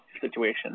situation